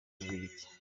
ububiligi